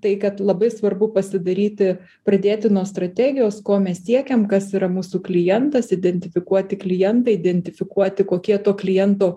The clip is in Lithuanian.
tai kad labai svarbu pasidaryti pradėti nuo strategijos ko mes siekiam kas yra mūsų klientas identifikuoti klientą identifikuoti kokie to kliento